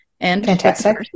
Fantastic